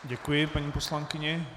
Děkuji paní poslankyni.